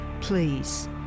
Please